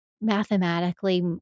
mathematically